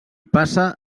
passa